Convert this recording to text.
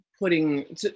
putting